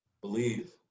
believe